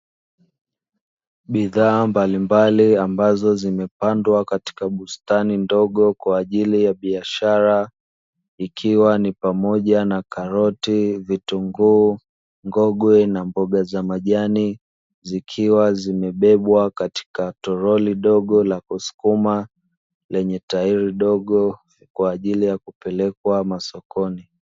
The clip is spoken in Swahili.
Bidhaa mbalimbali, ambazo zimepandwa katika bustani ndogo kwa ajili ya biashara, ikiwa ni pamoja na karoti, vitunguu, ngogwe na mboga za majani, zikiwa zimebebwa katika toroli dogo la kusukuma, lenye tairi dogo kwa ajili ya kupelekwa masokoni.